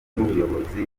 n’ubuyobozi